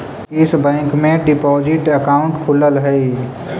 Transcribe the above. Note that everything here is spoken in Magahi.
किस बैंक में डिपॉजिट अकाउंट खुलअ हई